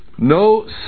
No